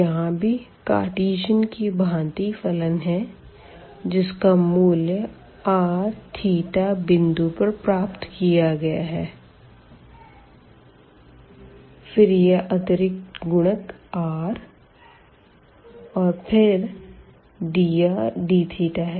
यहाँ भी कार्टीजन की ही भाँति फंक्शन है जिसका मूल्य r θ बिंदु पर प्राप्त किया गया है फिर यह अतिरिक्त गुणक r और फिर dr dθ है